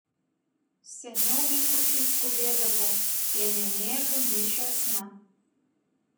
seniau vaikučiai skubėdavo piemenėlių mišiosna